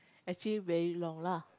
actually very long lah